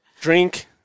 drink